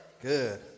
Good